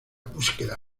búsqueda